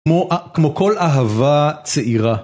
כמו כל אהבה צעירה.